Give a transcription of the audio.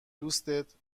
دوستت